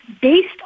based